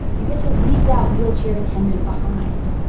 you get to leave that wheelchair attendant behind,